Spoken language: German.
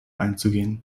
einzugehen